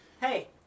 Hey